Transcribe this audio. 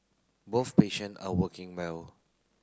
both patient are working well